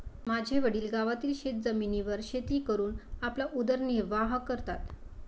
माझे वडील गावातील शेतजमिनीवर शेती करून आपला उदरनिर्वाह करतात